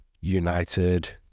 United